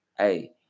Hey